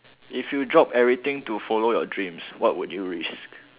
if you drop everything to follow your dreams what would you risk